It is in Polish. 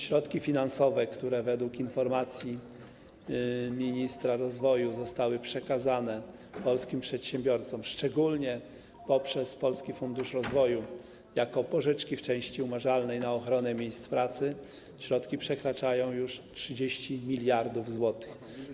Środki finansowe, które według informacji ministra rozwoju zostały przekazane polskim przedsiębiorcom, szczególnie poprzez Polski Fundusz Rozwoju, jako pożyczki w części umarzalnej na ochronę miejsc pracy, przekraczają już 30 mld zł.